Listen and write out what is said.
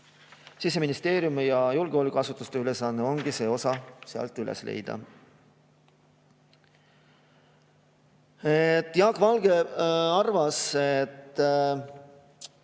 Siseministeeriumi ja julgeolekuasutuste ülesanne ongi see osa sealt üles leida. Jaak Valge arvas, et